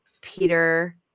Peter